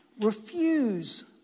refuse